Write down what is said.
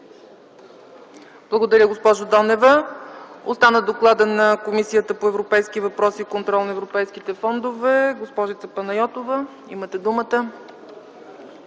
Благодаря, госпожо Донева. Остана докладът на Комисията по европейските въпроси и контрол на европейските фондове. Госпожице Панайотова, имате думата.